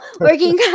working